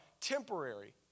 temporary